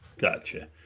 Gotcha